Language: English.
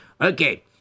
Okay